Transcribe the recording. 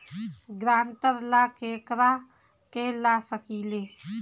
ग्रांतर ला केकरा के ला सकी ले?